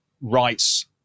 rights